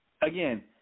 Again